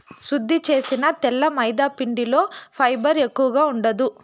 శుద్ది చేసిన తెల్ల మైదాపిండిలో ఫైబర్ ఎక్కువగా ఉండదు